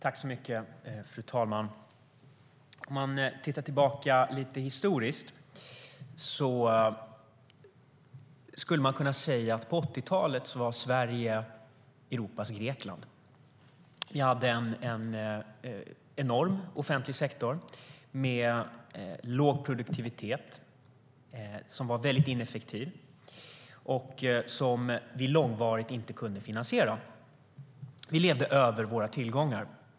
Fru talman! Om man tittar tillbaka lite historiskt skulle man kunna säga att Sverige på 80-talet var Europas Grekland. Vi hade en enorm offentlig sektor med låg produktivitet, som var väldigt ineffektiv och som vi långvarigt inte kunde finansiera. Vi levde över våra tillgångar.